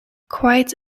quite